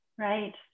Right